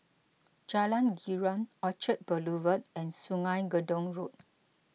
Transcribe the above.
Jalan Girang Orchard Boulevard and Sungei Gedong Road